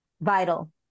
Vital